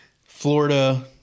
Florida